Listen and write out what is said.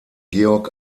georg